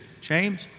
James